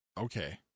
Okay